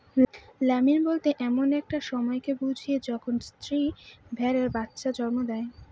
lambing বলতে এমন একটা সময়কে বুঝি যখন স্ত্রী ভেড়ারা বাচ্চা জন্ম দেয়